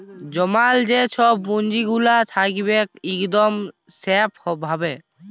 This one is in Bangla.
জমাল যে ছব পুঁজিগুলা থ্যাকবেক ইকদম স্যাফ ভাবে